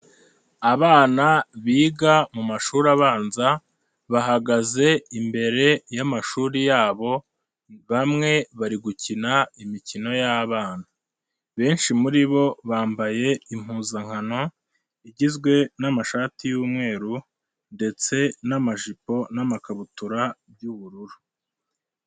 Abana biga mu mashuri abanza, bahagaze imbere y'amashuri yabo, bamwe bari gukina imikino y'abana. Benshi muri bo bambaye impuzankano igizwe n'amashati y'umweru ndetse n'amajipo n'amakabutura by'ubururu.